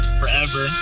forever